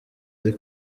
ari